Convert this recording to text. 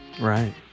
Right